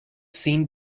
scene